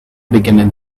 beginning